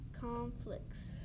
conflicts